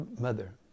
mother